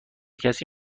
کسی